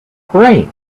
brain